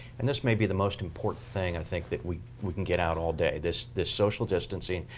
and this may be the most important thing, i think, that we we can get out all day, this this social distancing.